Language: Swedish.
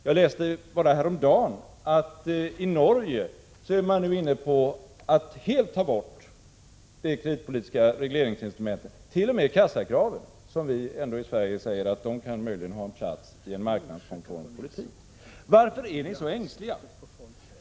Jag läste häromdagen att man i Norge nu är inne på att helt ta bort de kreditpolitiska regleringsinstrumenten —t.o.m. kassakraven, om vilka vi ändå i Sverige säger att de möjligen kan ha en plats i en marknadskonform politik. Varför är ni så ängsliga?